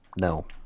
No